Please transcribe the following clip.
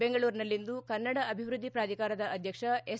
ಬೆಂಗಳೂರಿನಲ್ಲಿಂದು ಕನ್ನಡ ಅಭಿವೃದ್ದಿ ಪ್ರಾಧಿಕಾರದ ಅಧ್ವಕ್ಷ ಎಸ್